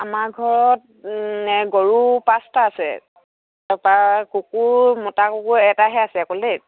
আমাৰ ঘৰত গৰু পাঁচটা আছে তাৰপৰা কুকুৰ মতা কুকুৰ এটাহে আছে অকল দেই